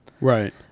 right